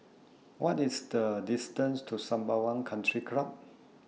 What IS The distance to Sembawang Country Club